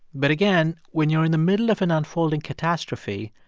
but again, when you're in the middle of an unfolding catastrophe,